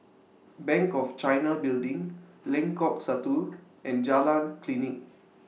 Bank of China Building Lengkok Satu and Jalan Klinik